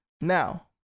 now